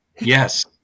Yes